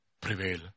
prevail